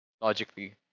logically